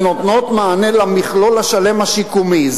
שנותנות מענה למכלול השיקומי השלם.